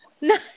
No